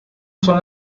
son